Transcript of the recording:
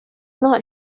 not